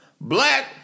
Black